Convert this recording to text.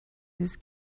this